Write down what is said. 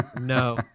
No